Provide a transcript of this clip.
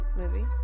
movie